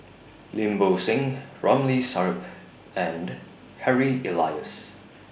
Lim Bo Seng Ramli Sarip and Harry Elias